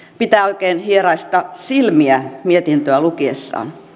pitää oikein hieraista silmiä mietintöä lukiessaan